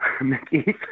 Mickey